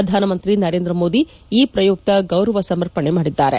ಪ್ರಧಾನಮಂತ್ರಿ ನರೇಂದ್ರ ಮೋದಿ ಈ ಪ್ರಯುಕ್ತ ಗೌರವ ಸಮರ್ಪಣೆ ಮಾಡಿದ್ದಾರೆ